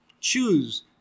choose